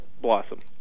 blossom